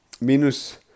minus